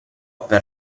per